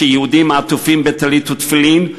כשיהודים עטופים בטלית ותפילין,